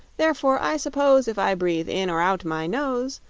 therefore i suppose, if i breathe in or out my nose,